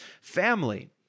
family